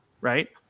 right